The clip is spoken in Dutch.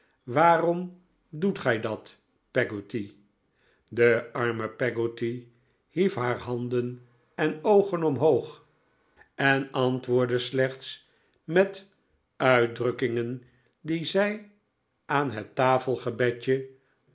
waarom doet gij dat peggotty de arme peggotty hief handen en oogen omhoog en antwoordde slechts met uit drukkingen die zij aan het